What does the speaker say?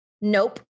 Nope